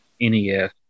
NES